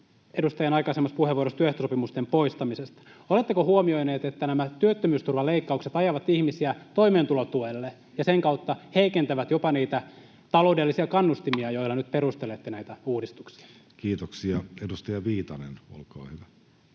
edustajan aikaisemmassa puheenvuorossa, työehtosopimusten poistamisessa. Oletteko huomioineet, että nämä työttömyysturvaleikkaukset ajavat ihmisiä toimeentulotuelle ja sen kautta heikentävät jopa niitä taloudellisia kannustimia, joilla nyt perustelette näitä uudistuksia? Kiitoksia. — Edustaja Viitanen, olkaa hyvä.